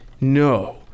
No